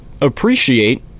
appreciate